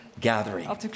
gathering